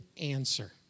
answer